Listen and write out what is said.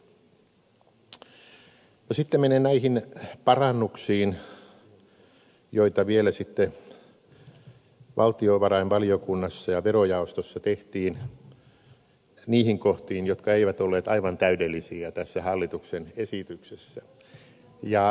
sitten menen näihin parannuksiin joita vielä valtiovarainvaliokunnassa ja verojaostossa tehtiin niihin kohtiin jotka eivät olleet aivan täydellisiä tässä hallituksen esityksessä